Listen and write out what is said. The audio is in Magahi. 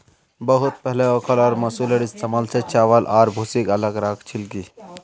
बहुत पहले ओखल और मूसलेर इस्तमाल स चावल आर भूसीक अलग राख छिल की